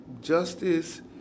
justice